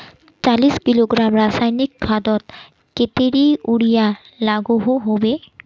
चालीस किलोग्राम रासायनिक खादोत कतेरी यूरिया लागोहो होबे?